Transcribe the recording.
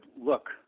look